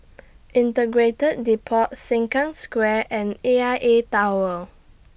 Integrated Depot Sengkang Square and A I A Tower